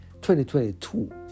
2022